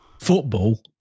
football